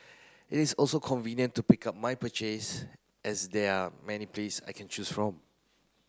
it is also convenient to pick up my purchase as there are many place I can choose from